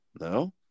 No